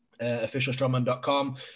officialstrongman.com